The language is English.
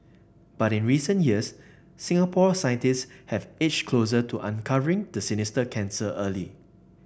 but in recent years Singapore scientist have edged closer to uncovering the sinister cancer early